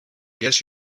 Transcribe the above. guess